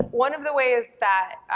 one of the ways that,